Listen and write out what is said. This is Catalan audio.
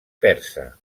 persa